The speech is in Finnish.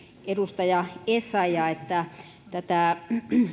edustaja essayah että tätä